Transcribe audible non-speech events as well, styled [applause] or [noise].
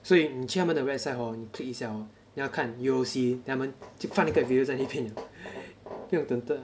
所以你去他们的 website hor 你 click 一下 hor then 他看 U_O_C then 他们就放那个 video 在那边 liao [breath]